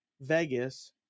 Vegas